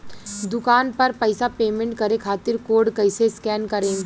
दूकान पर पैसा पेमेंट करे खातिर कोड कैसे स्कैन करेम?